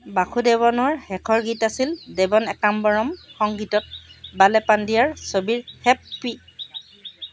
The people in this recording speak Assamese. বাসুদেৱনৰ শেষৰ গীত আছিল দেবন একাম্বৰম সংগিতত বালে পান্দিয়াৰ ছবিৰ 'হেপ্পী'